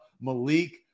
Malik